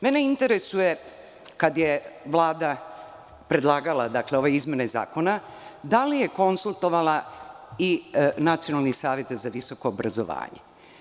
Mene interesuje, kada je Vlada predlagala ove izmene zakona, da li je konsultovala i Nacionalni savet za visoko obrazovanje?